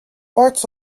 parts